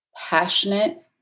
passionate